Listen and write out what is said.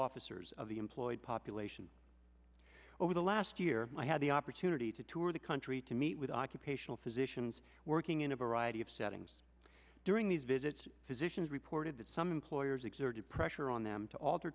officers of the employed population over the last year i had the opportunity to tour the country to meet with occupational physician ems working in a variety of settings during these visits physicians reported that some employers exerted pressure on them to alter